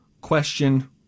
question